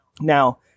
Now